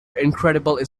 incredible